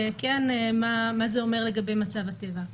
מה זה אומר לגבי מצב הטבע.